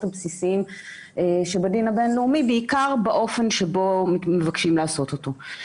הבסיסיים שבדין הבין-לאומי בעיקר באופן שבו מבקשים לעשות אותו.